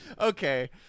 okay